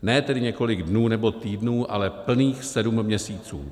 Ne tedy několik dnů nebo týdnů, ale plných sedm měsíců.